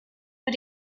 but